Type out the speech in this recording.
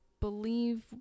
believe